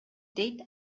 дейт